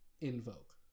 invoke